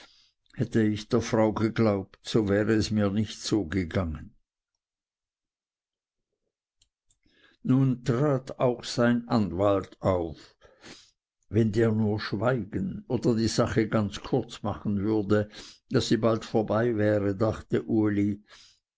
hätte ich der frau geglaubt so wäre es mir nicht so gegangen nun trat auch sein anwalt auf wenn der nur schweigen oder die sache ganz kurz machen würde daß sie bald vorbei wäre dachte uli